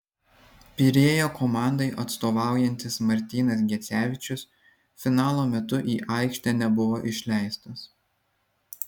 pirėjo komandai atstovaujantis martynas gecevičius finalo metu į aikštę nebuvo išleistas